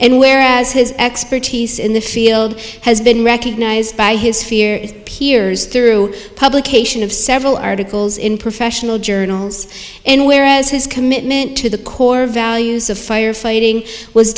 and whereas his expertise in the field has been recognized by his fear peers through publication of several articles in professional journals and whereas his commitment to the core values of firefighting was